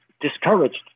discouraged